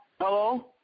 Hello